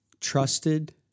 trusted